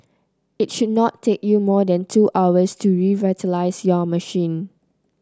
it should not take you more than two hours to revitalise your machine